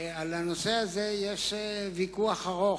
על הנושא הזה יש ויכוח ארוך,